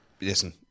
Listen